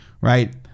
right